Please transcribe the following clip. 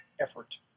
effort